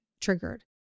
triggered